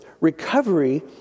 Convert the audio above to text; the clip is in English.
recovery